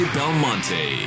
Belmonte